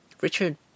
Richard